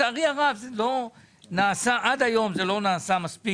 לצערי הרב עד היום לא נעשה מספיק,